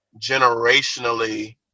generationally